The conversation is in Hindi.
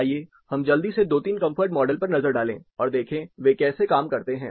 आइए हम जल्दी से 2 3 कंफर्ट मॉडल पर नज़र डालें और देखें वे कैसे काम करते हैं